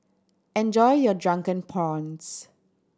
enjoy your Drunken Prawns